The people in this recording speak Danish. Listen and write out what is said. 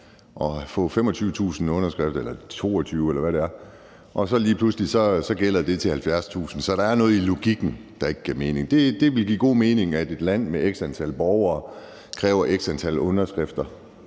eller 22.000 underskrifter – eller hvor meget det er – og lige pludselig skal det være 70.000. Så der er noget i logikken, der ikke giver mening. Det ville give god mening, at et land med x antal borgere krævede x antal underskrifter